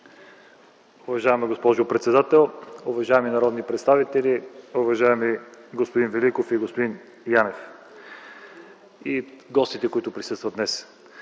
Уважаема госпожо председател, уважаеми народни представители, уважаеми господин Великов и господин Янев и гостите които присъства днес!